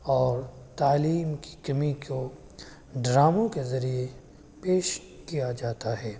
اور تعلیم کی کمی کو ڈراموں کے ذریعے پیش کیا جاتا ہے